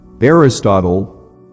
Aristotle